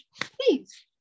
please